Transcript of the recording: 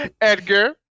Edgar